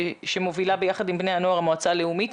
שמובילה ביחד עם בני הנוער המועצה הלאומית,